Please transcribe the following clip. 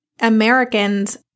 Americans